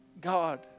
God